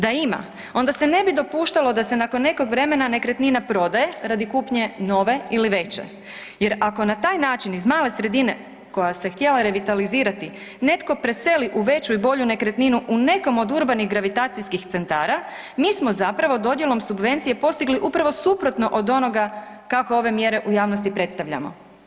Da ima, onda se ne bi dopuštalo da se nakon nekog vremena nekretnina prodaje radi kupnje nove ili veće jer ako na taj način iz male sredina koja se htjela revitalizirati netko preseli u veću i bolju nekretninu u nekom od urbanih gravitacijskih centara, mi smo zapravo dodjelom subvencije postigli upravo suprotno od onoga kako ove mjere u javnosti predstavljamo.